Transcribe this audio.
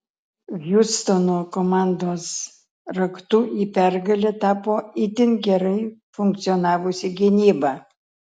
hjustono komandos raktu į pergalę tapo itin gerai funkcionavusi gynyba